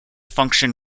function